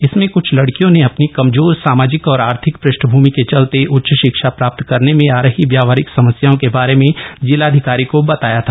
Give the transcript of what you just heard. इसमें कुछ लड़कियों ने अपनी कमजोर सामाजिक और आर्थिक पृष्ठभुमि के चलते उच्च शिक्षा प्राप्त करने में आ रही व्यावहारिक समस्याओं के बारे में जिलाधिकारी को बताया था